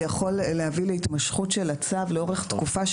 זה יכול להביא להתמשכות הצו לאורך תקופה,